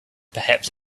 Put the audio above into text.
perhaps